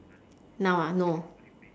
now ah no